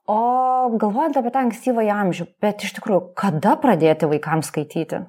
o galvojant apie tą ankstyvąjį amžių bet iš tikrųjų kada pradėti vaikams skaityti